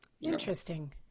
Interesting